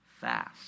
fast